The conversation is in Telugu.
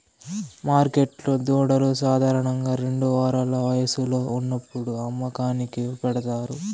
మార్కెట్లో దూడలు సాధారణంగా రెండు వారాల వయస్సులో ఉన్నప్పుడు అమ్మకానికి పెడతారు